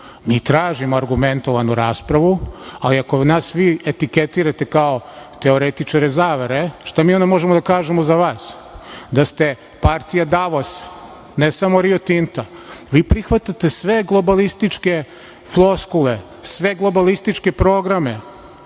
Mi tražimo argumentovanu raspravu, ali ako nas vi etiketirate kao teoretičare zavere, šta mi onda možemo da kažemo za vas? Da ste partija Davosa, a ne samo Rio Tinta. Vi prihvatate sve globalističke floskule, sve globalističke programe